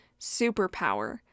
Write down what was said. superpower